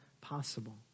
possible